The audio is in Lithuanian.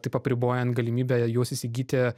taip apribojant galimybę juos įsigyti